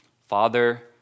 Father